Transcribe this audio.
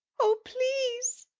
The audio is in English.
oh, please!